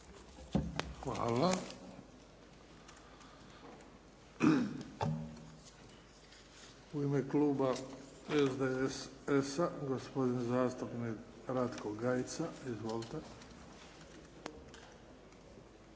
Hvala. U ime kluba SDSS-a, gospodin zastupnik Ratko Gajica. Izvolite.